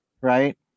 Right